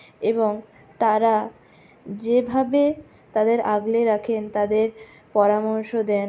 এবং তারা যেভাবে তাদের আগলে রাখেন তাদের পরামর্শ দেন